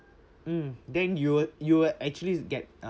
mm then you would you will actually get um